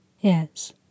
Yes